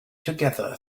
together